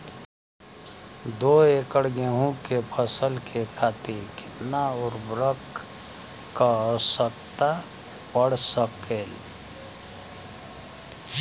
दो एकड़ गेहूँ के फसल के खातीर कितना उर्वरक क आवश्यकता पड़ सकेल?